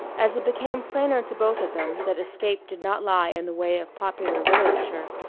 as it became plainer to both of them that escape did not lie in the way of popular literature,